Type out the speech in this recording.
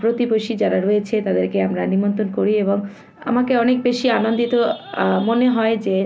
প্রতিবেশী যারা রয়েছে তাদেরকে আমরা নিমন্ত্রণ করি এবং আমাকে অনেক বেশি আনন্দিত মনে হয় যে